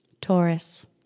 Taurus